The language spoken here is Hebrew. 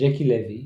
ג'קי לוי,